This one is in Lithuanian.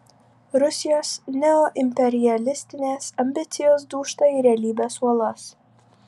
rusijos neoimperialistinės ambicijos dūžta į realybės uolas